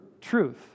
truth